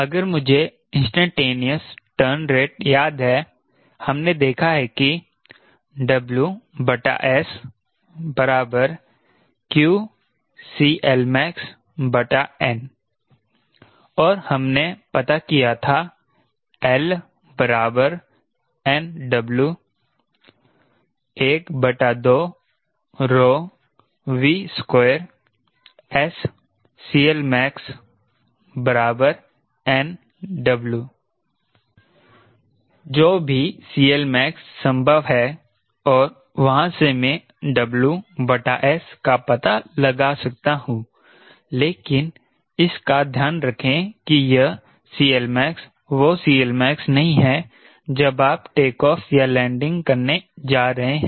अगर मुझे instantaneous turn rate याद है हमने देखा है कि WS qCLmaxn और हमने पता किया था L nW 12V2SCLmax nW जो भी CLmax संभव है और वहां से मैं WS का पता लगा सकता हूं लेकिन इस का ध्यान रखें कि यह CLmax वो CLmax नहीं है जब आप टेकऑफ़ या लैंडिंग करने जा रहे हैं